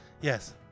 yes